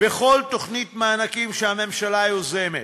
בכל תוכנית מענקים שהממשלה יוזמת,